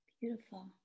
beautiful